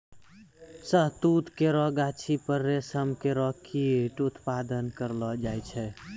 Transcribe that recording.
शहतूत केरो गाछी पर रेशम केरो कीट क उत्पादन करलो जाय छै